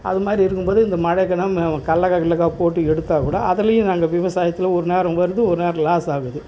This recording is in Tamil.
அது மாதிரி இருக்கும்போது இந்த மழைக்கெல்லாம் கடலக்கா கில்லக்கா போட்டு எடுத்தால் கூட அதுலேயும் நாங்கள் விவசாயத்தில் ஒரு நேரம் வருது ஒரு நேரம் லாஸ் ஆகுது